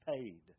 paid